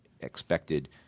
expected